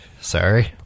Sorry